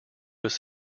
was